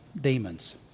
demons